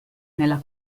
nella